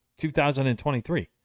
2023